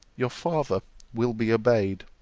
your father will be obeyed.